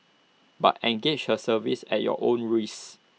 but engage her services at your own risk